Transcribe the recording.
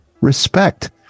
respect